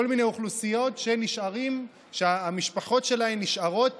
כל מיני אוכלוסיות שהמשפחות שלהן נשארות